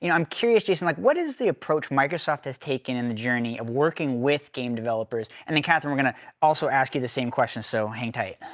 you know i'm curious, jason, like what is the approach microsoft has taken in the journey of working with game developers? and then, catherine, we're gonna also ask you the same question, so hang tight.